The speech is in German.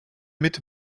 mit